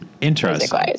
Interesting